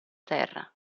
terra